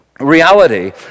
Reality